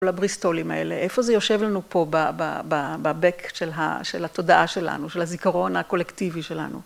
כל הבריסטולים האלה, איפה זה יושב לנו פה בבקאנד של התודעה שלנו, של הזיכרון הקולקטיבי שלנו?